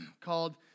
called